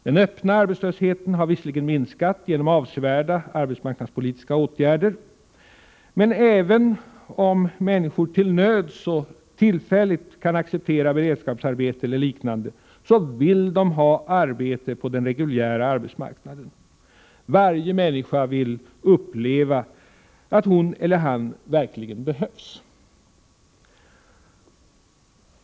Den öppna arbetslösheten har visserligen minskat genom avsevärda arbetsmarknadspolitiska åtgärder, men även om människor till nöds och tillfälligt kan acceptera beredskapsarbete eller liknande, vill de ha arbete på den reguljära arbetsmarknaden. Varje människa vill uppleva att hon eller han verkligen behövs.